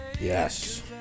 Yes